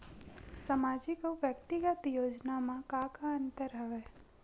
सामाजिक अउ व्यक्तिगत योजना म का का अंतर हवय?